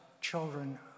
children